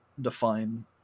define